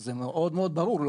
זה מאוד מאוד ברור.